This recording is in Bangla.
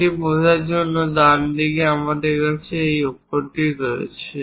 এটি বোঝার জন্য ডানদিকে আমাদের কাছে এই I অক্ষরটি রয়েছে